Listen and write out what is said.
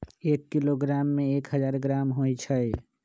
एक किलोग्राम में एक हजार ग्राम होई छई